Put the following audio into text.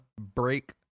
break